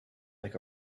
like